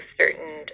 certain